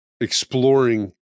exploring